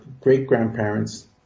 great-grandparents